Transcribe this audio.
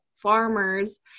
farmers